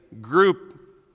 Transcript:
group